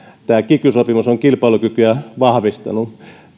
tämä kiky sopimus on kilpailukykyä vahvistanut